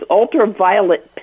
ultraviolet